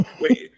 wait